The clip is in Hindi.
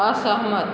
असहमत